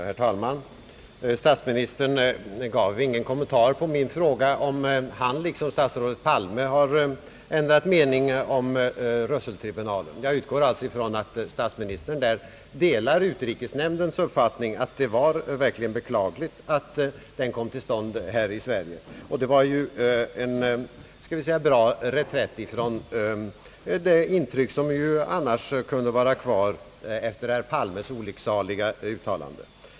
Herr talman! Statsministern gav ingen kommentar till min fråga om han liksom statsrådet Palme har ändrat mening om Russelltribunalen. Jag utgår alltså från att statsministern delar utrikesnämndens uppfattning att det verkligen var beklagligt att den kom till stånd här i Sverige. Det var ju en bra reträtt för att få bort det intryck som annars kunde vara kvar efter herr Palmes olycksaliga uttalande.